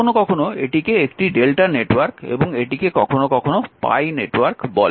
কখনও কখনও এটিকে একটি Δ নেটওয়ার্ক এবং এটিকে কখনও কখনও পাই নেটওয়ার্ক বলে